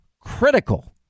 critical